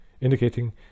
indicating